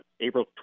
April